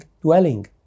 dwelling